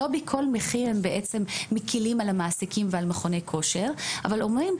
לא בכל מחיר הם בעצם מקלים על המעסיקים ועל מכוני כושר אבל אומרים,